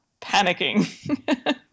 panicking